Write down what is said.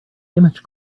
image